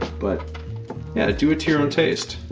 but yeah. do it to your own taste,